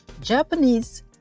Japanese